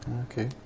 okay